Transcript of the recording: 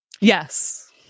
Yes